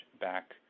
back